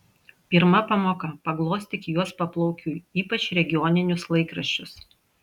pirma pamoka paglostyk juos paplaukiui ypač regioninius laikraščius